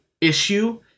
issue